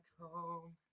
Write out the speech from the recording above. home